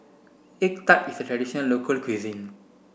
egg tart is a traditional local cuisine